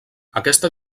aquesta